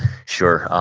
sure.